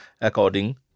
according